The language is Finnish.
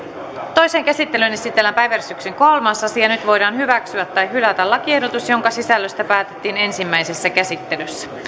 toiseen käsittelyyn esitellään päiväjärjestyksen kolmas asia nyt voidaan hyväksyä tai hylätä lakiehdotus jonka sisällöstä päätettiin ensimmäisessä käsittelyssä